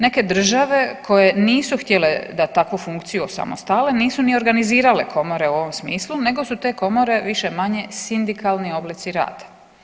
Neke države koje nisu htjele da takvu funkciju osamostale nisu ni organizirale komore u ovom smislu nego su te komore više-manje sindikalni oblici rada.